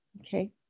Okay